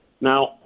Now